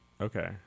okay